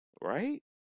right